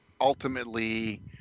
ultimately